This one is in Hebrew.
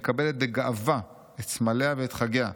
מקבלת בגאווה את סמליה ואת חגיה,